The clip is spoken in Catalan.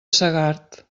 segart